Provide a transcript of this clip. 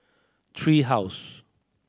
Tree House